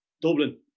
Dublin